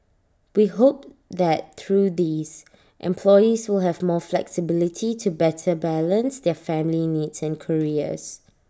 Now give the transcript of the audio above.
we hope that through these employees will have more flexibility to better balance their family needs and careers